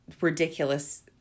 ridiculous